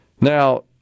Now